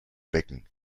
becken